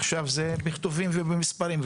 עכשיו זה בכתובים ובמספרים.